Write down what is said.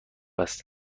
است